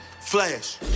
Flash